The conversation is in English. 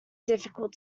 difficult